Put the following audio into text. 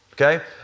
okay